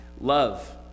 Love